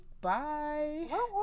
Bye